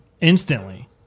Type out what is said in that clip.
Instantly